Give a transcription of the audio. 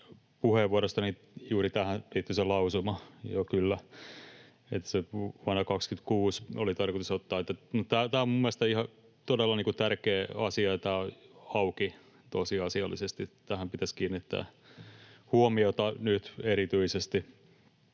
puheenvuorosta, niin juuri tähän liittyi se lausuma — joo, kyllä — että se vuonna 26 oli tarkoitus ottaa. Tämä on minun mielestäni ihan todella tärkeä asia, ja tämä on auki tosiasiallisesti. Tähän pitäisi kiinnittää huomiota nyt erityisesti.